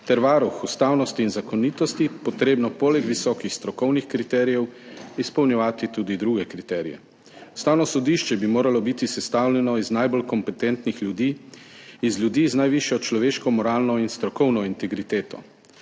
ter varuh ustavnosti in zakonitosti, potrebno poleg visokih strokovnih kriterijev izpolnjevati tudi druge kriterije. Ustavno sodišče bi moralo biti sestavljeno iz najbolj kompetentnih ljudi, iz ljudi z najvišjo človeško, moralno in strokovno integriteto.